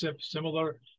similar